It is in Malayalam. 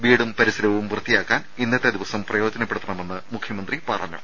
വീടും പരിസരവും വൃത്തിയാ ക്കാൻ ഇന്നത്തെ ദിവസം പ്രയോജനപ്പെടുത്തണമെന്ന് മുഖ്യമന്ത്രി പറഞ്ഞു